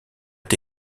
est